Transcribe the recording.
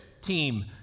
team